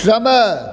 समय